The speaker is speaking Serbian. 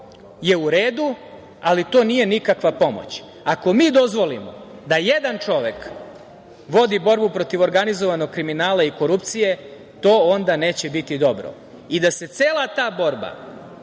je u redu, ali to nije nikakva pomoć. Ako mi dozvolimo da jedan čovek vodi borbu protiv organizovanog kriminala i korupcije, to onda neće biti dobro i da se cela ta borba